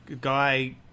guy